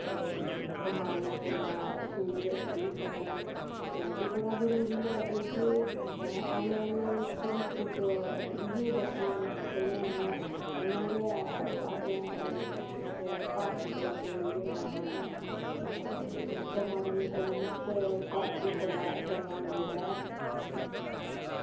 बमारियें कोला दूर रेही सक्कन एह् बड़ा जरूरी ऐ की के आने आह्ले टैम च इयै भविष्य जेह्ड़े आने आह्ले हैन न उनें गै आने आह्ले भारत गी अग्गें लेइयै जाना ऐ बमारियें कोला मुक्त ई भारत चंगा लगदा